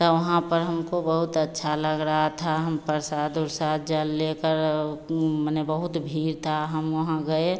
तो वहाँ पर हमको बहुत अच्छा लग रहा था हम परसाद वरसाद जल लेकर माने बहुत भीड़ थी हम वहाँ गए